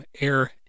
air